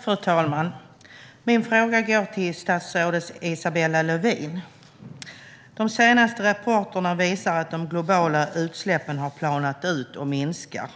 Fru talman! Min fråga går till statsrådet Isabella Lövin. De senaste rapporterna visar att de globala utsläppen har planat ut och minskat.